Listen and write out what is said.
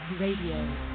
radio